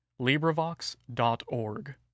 LibriVox.org